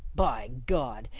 by god,